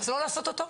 אז לא לעשות אותו?